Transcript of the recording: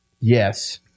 Yes